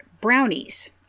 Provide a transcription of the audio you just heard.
brownies